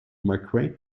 migrate